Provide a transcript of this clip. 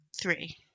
three